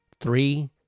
Three